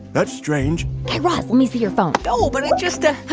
that's strange guy raz, let me see your phone no, but i just. ah ah